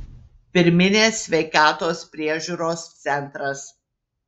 pirminės sveikatos priežiūros centras